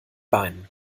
beinen